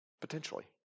potentially